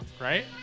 right